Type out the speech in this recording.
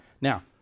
now